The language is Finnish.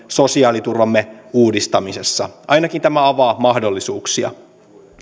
sosiaaliturvamme uudistamisessa ainakin tämä avaa mahdollisuuksia